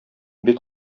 бит